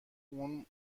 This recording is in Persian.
اون